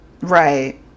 Right